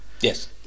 Yes